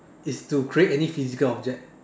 is to create any physical object